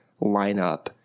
lineup